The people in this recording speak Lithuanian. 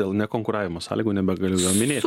dėl nekonkuravimo sąlygų nebegaliu jo minėt